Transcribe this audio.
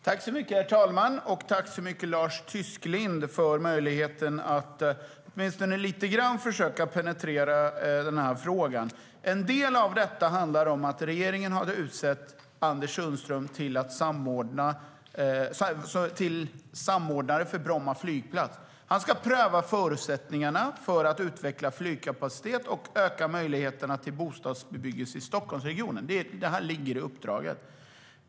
Herr talman! Tack så mycket, Lars Tysklind, för möjligheten att åtminstone lite grann försöka penetrera den här frågan! En del av detta handlar om att regeringen har utsett Anders Sundström till samordnare för Bromma flygplats. Han ska pröva förutsättningarna för att utveckla flygkapacitet och öka möjligheterna till bostadsbebyggelse i Stockholmsregionen. Det ligger i uppdraget.